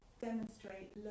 demonstrate